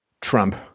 Trump